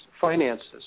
finances